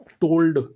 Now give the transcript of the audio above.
told